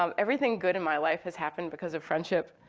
um everything good in my life has happened because of friendship.